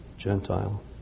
Gentile